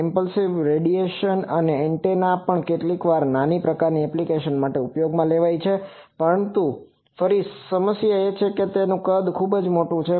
impulse radiating antenna પણ કેટલીકવાર આ નાના પ્રકારની એપ્લિકેશનો માટે ઉપયોગમાં લેવાય છે પરંતુ ફરી સમસ્યા એ છે કે તેનું કદ ખૂબ મોટું છે